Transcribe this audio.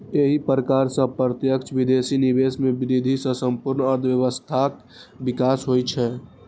एहि प्रकार सं प्रत्यक्ष विदेशी निवेश मे वृद्धि सं संपूर्ण अर्थव्यवस्थाक विकास होइ छै